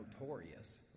notorious